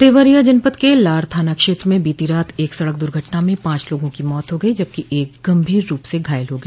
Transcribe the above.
देवरिया जनपद के लार थाना क्षेत्र में बीती रात एक सड़क दुर्घटना में पांच लोगों की मौत हो गई जबकि एक गंभीर रूप से घायल हो गया